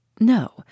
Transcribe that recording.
No